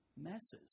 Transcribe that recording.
Messes